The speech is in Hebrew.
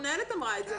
המנהלת אמרה את זה.